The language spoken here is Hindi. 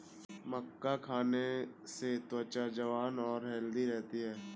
मक्का खाने से त्वचा जवान और हैल्दी रहती है